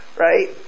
right